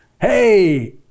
Hey